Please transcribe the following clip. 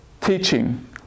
teaching